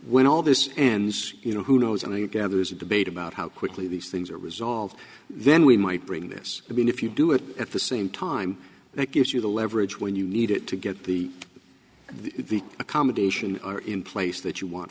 when all this ends you know who knows and i gather there's a debate about how quickly these things are resolved then we might bring this to be if you do it at the same time that gives you the leverage when you need it to get the the accommodation are in place that you want